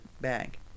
bag